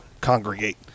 congregate